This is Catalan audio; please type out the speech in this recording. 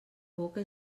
boca